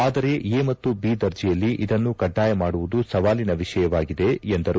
ಆದರೆ ಎ ಮತ್ತು ಬಿ ದರ್ಜೆಯಲ್ಲಿ ಇದನ್ನು ಕಡ್ಡಾಯ ಮಾಡುವುದು ಸವಾಲಿನ ವಿಷಯವಾಗಿದೆ ಎಂದರು